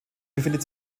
befindet